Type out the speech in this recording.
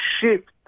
shift